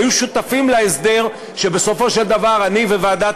שהיו שותפים להסדר שבסופו של דבר אני והוועדה